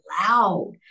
loud